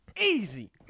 easy